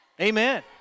Amen